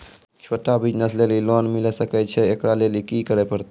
छोटा बिज़नस लेली लोन मिले सकय छै? एकरा लेली की करै परतै